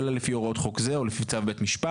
אלא לפי הוראות חו זה או לפי צו בית משפט,